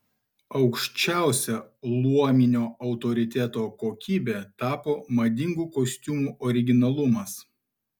aukščiausia luominio autoriteto kokybe tapo madingų kostiumų originalumas